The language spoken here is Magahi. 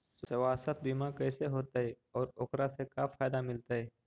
सवासथ बिमा कैसे होतै, और एकरा से का फायदा मिलतै?